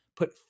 Put